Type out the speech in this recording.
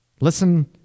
Listen